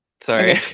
Sorry